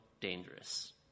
dangerous